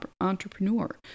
entrepreneur